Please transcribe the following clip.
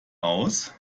aus